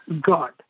God